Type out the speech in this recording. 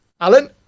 Alan